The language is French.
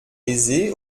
aisés